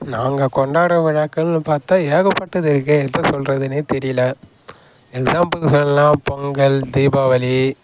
நாங்கள் கொண்டாடுற விழாக்கள்னு பார்த்தா ஏகப்பட்டது இருக்குது எதை சொல்கிறதுனே தெரியல எக்ஸாம்பிள்க்கு சொல்லலாம் பொங்கல் தீபாவளி